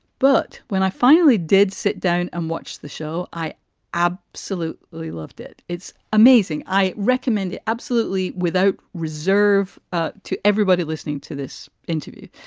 but when i finally did sit down and watch the show, i absolutely loved it. it's amazing. i recommend it absolutely without reserve ah to everybody listening to this interview.